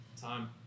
Time